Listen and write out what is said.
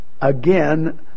again